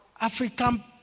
African